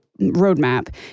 roadmap